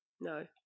no